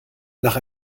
nach